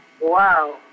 wow